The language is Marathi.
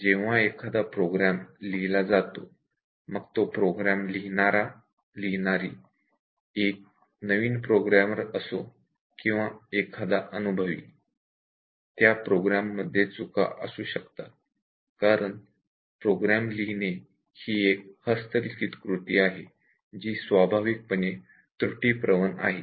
जेव्हा एखादा प्रोग्राम लिहिला जातो मग तो प्रोग्राम लिहिणारीरा एक नवीन प्रोग्रामर असो किंवा एखादा अनुभवी त्या प्रोग्राम मध्ये चुका असू शकतात कारण प्रोग्राम लिहिणे ही एक हस्तलिखित कृती आहे जी स्वाभाविकपणे त्रुटी प्रवण आहे